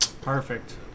Perfect